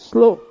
Slow